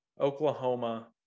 Oklahoma